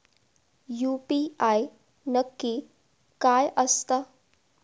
UPI नक्की काय आसता?